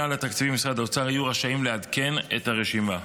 על התקציבים במשרד האוצר יהיו רשאים לעדכן את הרשימה.